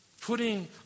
putting